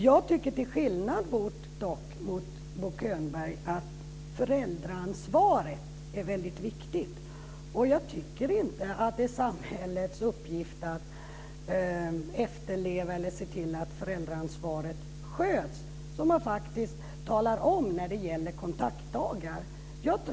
Jag tycker till skillnad mot Bo Könberg att föräldraansvaret är väldigt viktigt. Det är inte samhällets uppgift att efterleva eller se till att föräldraansvaret sköts, som man faktiskt talar om när det gäller kontaktdagar.